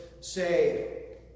Say